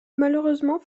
malheureusement